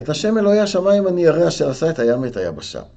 את השם אלוהי השמיים אני ירא, אשר עשה את הים ואת היבשה.